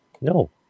no